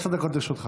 עשר דקות לרשותך.